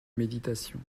méditation